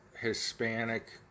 Hispanic